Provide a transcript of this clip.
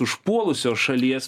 užpuolusios šalies